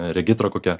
regitra kokia